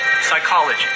psychology